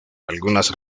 algunas